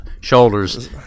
shoulders